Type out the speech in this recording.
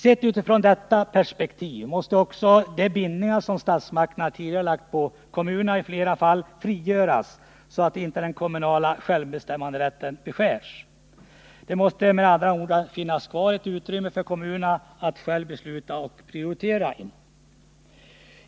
Sett utifrån detta perspektiv måste också de bindningar som statsmakterna tidigare lagt på kommunerna i flera fall frigöras, så att inte den kommunala självbestämmanderätten beskärs. Det måste, med andra ord, finnas kvar ett utrymme för kommunerna att själva besluta och prioritera inom.